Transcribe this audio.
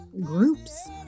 groups